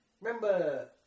Remember